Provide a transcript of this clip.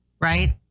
right